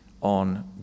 on